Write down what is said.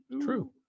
true